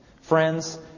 Friends